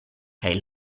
kaj